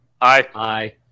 Aye